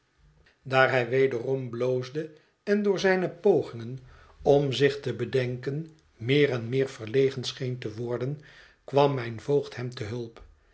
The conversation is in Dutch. hij wederom bloosde en door zijne pogingen om zich te bedenken meer en meer verlegen scheen te worden kwam mijn voogd hem te hulp